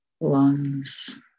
Lungs